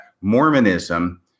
Mormonism